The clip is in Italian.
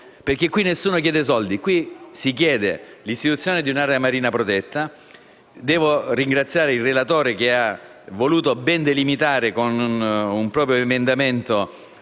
perché nessuno chiede soldi. Si chiede l'istituzione di un'area marina protetta. Devo ringraziare il relatore, che ha voluto ben delimitare, con un proprio emendamento,